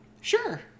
Sure